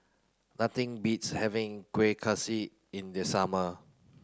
nothing beats having Kueh Kaswi in the summer